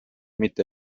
mitte